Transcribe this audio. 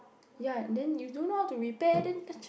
ya then you don't know how to repair then then